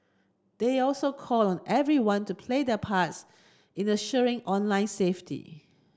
they also called on everyone to play their parts in the ensuring online safety